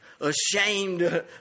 ashamed